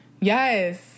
Yes